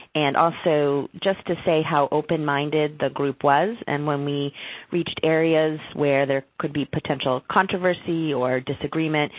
and also, just to say how open minded the group was and when we reached areas where there could be potential controversy or disagreement,